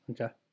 Okay